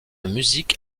musique